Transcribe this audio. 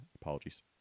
Apologies